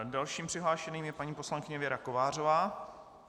Dalším přihlášeným je paní poslankyně Věra Kovářová.